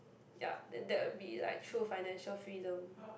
ya then that will be like true financial freedom